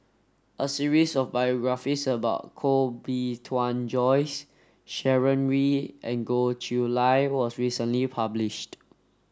a series of biographies about Koh Bee Tuan Joyce Sharon Wee and Goh Chiew Lye was recently published